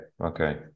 okay